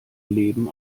leben